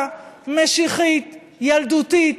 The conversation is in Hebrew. לחבורה משיחית, ילדותית,